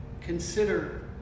consider